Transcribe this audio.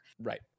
right